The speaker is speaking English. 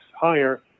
higher